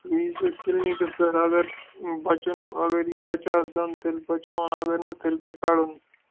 تُہۍ یٖیزیو کِلنِکَس پٮ۪ٹھ اگر بَچُن اگر یہِ بَچاو دَنٛد تیٚلہِ بَچاوون اگر نہٕ تیٚلہِ پیٚیہِ کَڑُن